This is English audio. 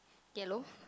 yellow